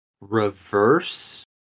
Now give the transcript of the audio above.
reverse